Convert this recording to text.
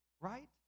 right